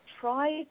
try